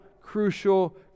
crucial